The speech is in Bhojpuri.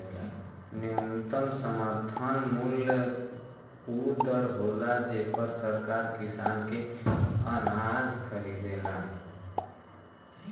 न्यूनतम समर्थन मूल्य उ दर होला जेपर सरकार किसान के अनाज खरीदेला